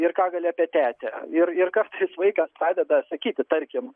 ir ką gali apie tetę ir ir kartais vaikas pradeda sakyti tarkim